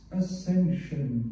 ascension